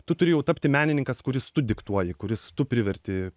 tu turi jau tapti menininkas kuris tu diktuoji kuris tu priverti